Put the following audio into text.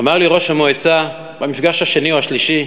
אמר לי ראש המועצה במפגש השני או השלישי: